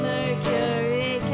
Mercury